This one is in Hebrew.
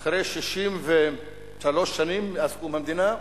אחרי 63 שנים, מאז קום המדינה,